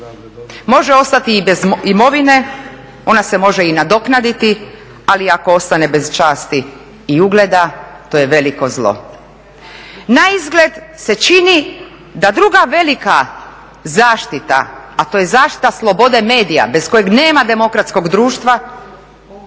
Može ostati i bez imovine, ona se može i nadoknaditi, ali ako ostane bez časti i ugleda, to je veliko zlo. Naizgled se čini da druga velika zaštita, a to je zaštita slobode medija bez kojeg nema demokratskog društva